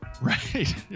right